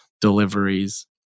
deliveries